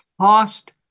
cost